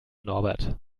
norbert